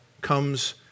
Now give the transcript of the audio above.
comes